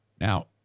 Now